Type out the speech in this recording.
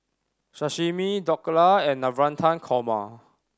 Sashimi Dhokla and Navratan Korma